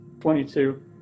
Twenty-two